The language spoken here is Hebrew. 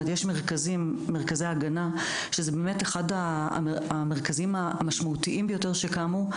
יש מרכזי הגנה שזה באמת אחד המרכזים המשמעותיים ביותר שקמו,